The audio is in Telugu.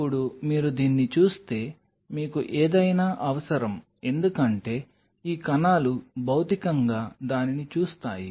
ఇప్పుడు మీరు దీన్ని చూస్తే మీకు ఏదైనా అవసరం ఎందుకంటే ఈ కణాలు భౌతికంగా దానిని చూస్తాయి